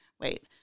Wait